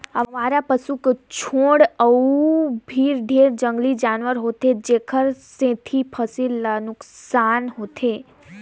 अवारा पसू के छोड़ अउ भी ढेरे जंगली जानवर होथे जेखर सेंथी फसिल ल नुकसान होथे